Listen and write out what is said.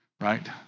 right